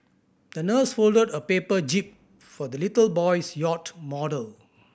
the nurse folded a paper jib for the little boy's yacht model